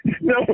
No